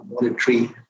monetary